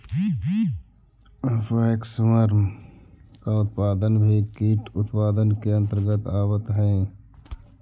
waxworm का उत्पादन भी कीट उत्पादन के अंतर्गत आवत है